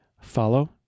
Follow